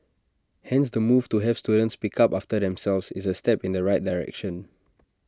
hence the move to have students pick up after themselves is A step in the right direction